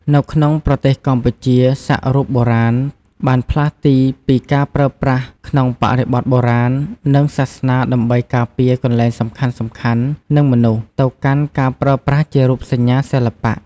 នៅក្នុងប្រទេសកម្ពុជា សាក់រូបបុរាណបានផ្លាស់ទីពីការប្រើប្រាស់ក្នុងបរិបទបុរាណ និងសាសនាដើម្បីការពារកន្លែងសំខាន់ៗ និងមនុស្ស ទៅកាន់ការប្រើប្រាស់ជារូបសញ្ញាសិល្បៈ។